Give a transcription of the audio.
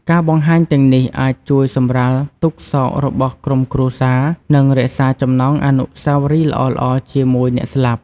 ការបង្ហាញទាំងនេះអាចជួយសម្រាលទុក្ខសោករបស់ក្រុមគ្រួសារ និងរក្សាចំណងអនុស្សាវរីយ៍ល្អៗជាមួយអ្នកស្លាប់។